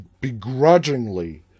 begrudgingly